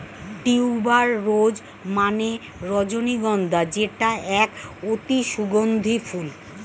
tuber rose মানে রজনীগন্ধা যেটা এক অতি সুগন্ধি ফুল